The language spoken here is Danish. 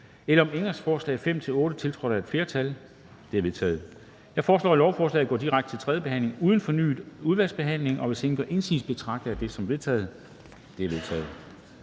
nr. 1 og 2, tiltrådt af udvalget? De er vedtaget. Jeg foreslår, at lovforslaget går direkte til tredje behandling uden fornyet udvalgsbehandling. Hvis ingen gør indsigelse, betragter jeg dette som vedtaget. Det er vedtaget.